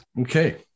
Okay